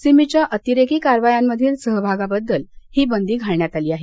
सिमीच्या अतिरेकी कारवायांमधील सहभागाबद्दल ही बंदी घालण्यात आलेली आहे